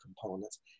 components